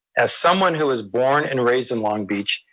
as someone who was born and raised in long beach,